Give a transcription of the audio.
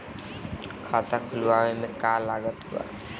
खाता खुलावे मे का का लागत बा?